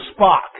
Spock